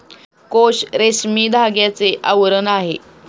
कोश रेशमी धाग्याचे आवरण आहे